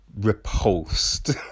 repulsed